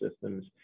systems